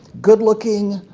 good-looking,